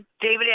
David